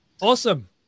Awesome